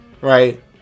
right